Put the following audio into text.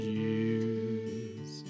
years